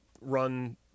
run